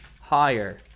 higher